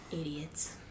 idiots